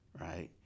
Right